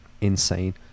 insane